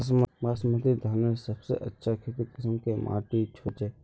बासमती धानेर सबसे अच्छा खेती कुंसम माटी होचए?